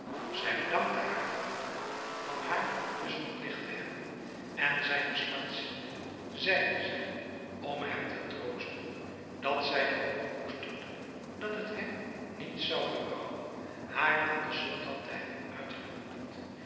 zij bedankte haren vader van haar dus verpligt te hebben en zijne smart ziende zeide zij om hem te troosten dat zij de hoop koesterde dat het hem niet zou berouwen haar aan den sultan te hebben